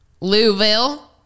Louisville